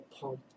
pump